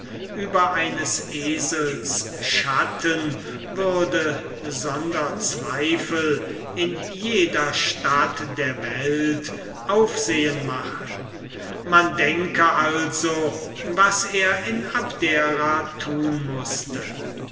über eines esels schatten würde sonder zweifel in jeder stadt der welt aufsehen machen man denke also was er in abdera tun mußte